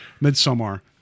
Midsummer